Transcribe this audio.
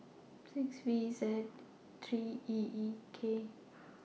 six V Z three E E K